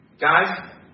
guys